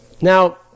Now